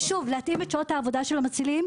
התאמת שעות העבודה של המצילים,